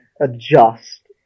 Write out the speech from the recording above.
adjust